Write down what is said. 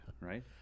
right